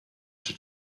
czy